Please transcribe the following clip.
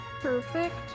Perfect